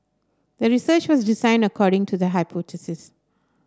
the research was designed according to the hypothesis